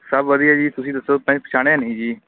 ਸਭ ਵਧੀਆ ਜੀ ਤੁਸੀਂ ਦੱਸੋ ਪਹਿਚਾਣਿਆ ਨਹੀਂ ਜੀ